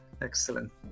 Excellent